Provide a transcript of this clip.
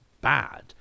bad